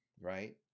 right